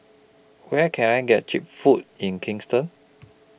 Where Can I get Cheap Food in Kingston